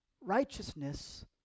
righteousness